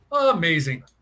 Amazing